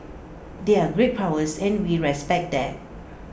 they're great powers and we respect that